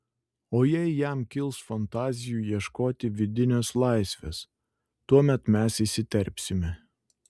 o jei jam kils fantazijų ieškoti vidinės laisvės tuomet mes įsiterpsime